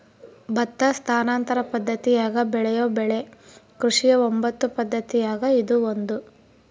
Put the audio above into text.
ಭತ್ತ ಸ್ಥಾನಾಂತರ ಪದ್ದತಿಯಾಗ ಬೆಳೆಯೋ ಬೆಳೆ ಕೃಷಿಯ ಒಂಬತ್ತು ಪದ್ದತಿಯಾಗ ಇದು ಒಂದು